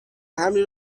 حملی